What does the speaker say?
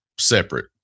separate